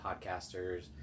podcasters